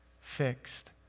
fixed